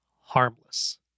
harmless